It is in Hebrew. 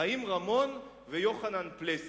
חיים רמון ויוחנן פלסנר.